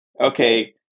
okay